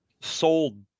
sold